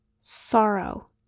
sorrow